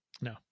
No